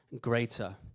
greater